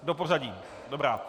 Do pořadí, dobrá.